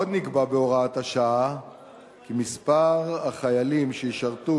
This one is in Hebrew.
עוד נקבע בהוראת השעה כי מספר החיילים שישרתו